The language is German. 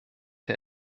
der